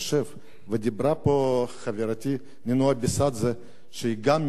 ודיברה פה חברתי נינו אבסדזה, שהיא גם מהאזור הזה.